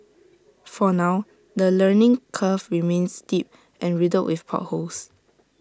for now the learning curve remains steep and riddled with potholes